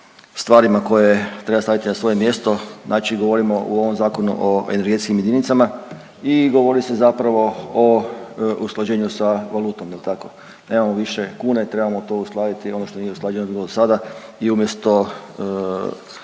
stvarima koje treba staviti na svoje mjesto, znači govorimo u ovom zakonu o energetskim jedinicama i govori se zapravo o usklađenju sa valutom. Jel' tako? Nemamo više kune, trebamo to uskladiti ono što nije usklađeno bilo do sada i umjesto